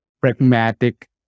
pragmatic